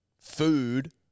food